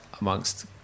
amongst